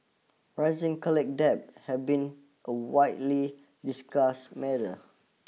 rising college debt has been a widely discuss matter